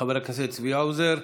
חבר הכנסת צבי האוזר.